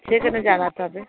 সেখানে জানাতে হবে